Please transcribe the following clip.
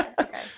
okay